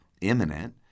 imminent